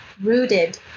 rooted